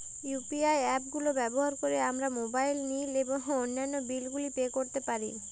UPI app গুলো ব্যবহার করে আমরা মোবাইল নিল এবং অন্যান্য বিল গুলি পে করতে পারি